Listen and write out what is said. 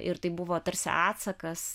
ir tai buvo tarsi atsakas